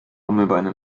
hammelbeine